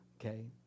okay